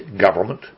government